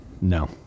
No